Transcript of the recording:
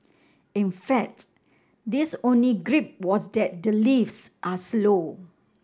in fact this only gripe was that the lifts are slow